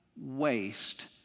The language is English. waste